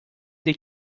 they